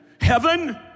heaven